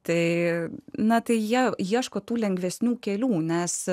tai na tai jie ieško tų lengvesnių kelių nes